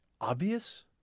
obvious